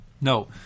no